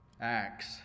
acts